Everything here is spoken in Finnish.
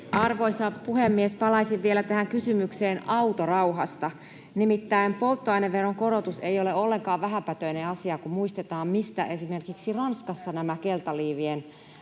Arvoisa puhemies! Palaisin vielä tähän kysymykseen autorauhasta, nimittäin polttoaineveron korotus ei ole ollenkaan vähäpätöinen asia, kun muistetaan, mistä esimerkiksi Ranskassa keltaliivien